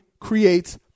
creates